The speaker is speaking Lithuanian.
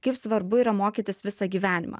kaip svarbu yra mokytis visą gyvenimą